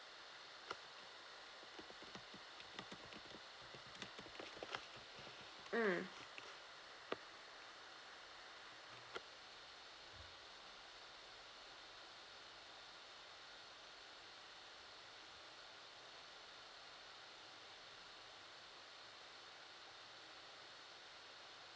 mm